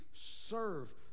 Serve